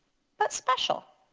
but special.